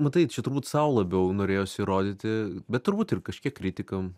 matai čia turbūt sau labiau norėjosi įrodyti bet turbūt ir kažkiek kritikam